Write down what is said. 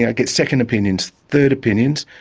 yeah get second opinions, third opinions,